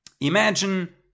imagine